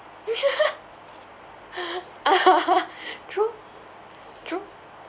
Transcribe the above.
true true